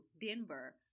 Denver